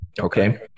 okay